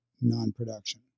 non-production